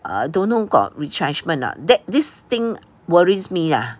err don't know got retrenchment or not that this thing worries me lah